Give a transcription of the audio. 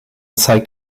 zeigt